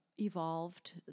evolved